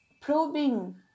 probing